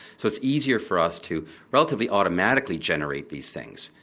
so it's easier for us to relatively automatically generate these things.